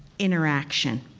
interaction.